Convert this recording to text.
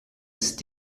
ist